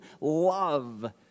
love